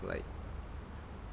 like